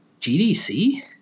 GDC